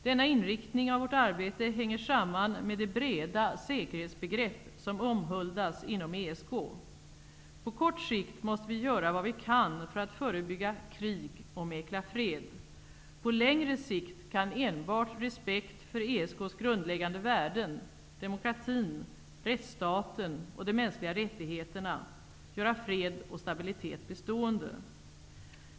Denna inriktning av vårt arbete hänger samman med det breda säkerhetsbegrepp som omhuldas inom ESK. På kort sikt måste vi göra vad vi kan för att förebygga krig och mäkla fred. På längre sikt kan enbart respekt för ESK:s grundläggande värden -- demokratin, rättsstaten och de mänskliga rättigheterna -- göra fred och stabilitet bestående.